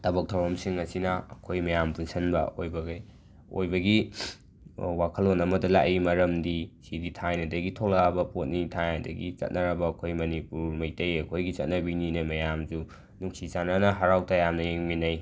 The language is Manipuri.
ꯊꯕꯛ ꯊꯧꯔꯝꯁꯤꯡ ꯑꯁꯤꯅ ꯑꯩꯈꯣꯏ ꯃꯌꯥꯝ ꯄꯨꯟꯁꯤꯟꯕ ꯑꯀꯣꯏꯕꯈꯩ ꯑꯣꯏꯕꯒꯤ ꯋꯥꯈꯜꯂꯣꯟ ꯑꯃꯗ ꯂꯥꯏ ꯃꯔꯝꯗꯤ ꯑꯁꯤꯗꯤ ꯊꯥꯏꯅꯗꯒꯤ ꯊꯣꯛꯂꯛꯂꯕ ꯄꯣꯠꯅꯤ ꯊꯥꯏꯅꯗꯒꯤ ꯆꯠꯅꯔꯕ ꯑꯩꯈꯣꯏ ꯃꯅꯤꯄꯨꯔ ꯃꯩꯇꯩ ꯑꯩꯈꯣꯏꯒꯤ ꯆꯠꯅꯕꯤꯅꯤꯅ ꯃꯌꯥꯝꯁꯨ ꯅꯨꯡꯁꯤ ꯆꯥꯅꯅ ꯍꯔꯥꯎ ꯇꯌꯥꯝꯅ ꯌꯦꯡꯃꯤꯟꯅꯩ